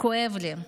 כואב לי.